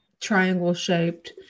triangle-shaped